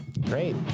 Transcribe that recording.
Great